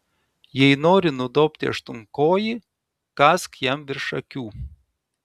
jei nori nudobti aštuonkojį kąsk jam virš akių